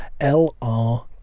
LR